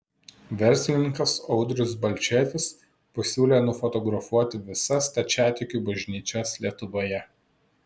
verslininkas audrius balčėtis pasiūlė nufotografuoti visas stačiatikių bažnyčias lietuvoje